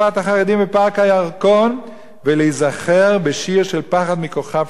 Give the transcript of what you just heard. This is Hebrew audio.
בפארק הירקון ולהיזכר בשיר של פחד מכוכב שחור.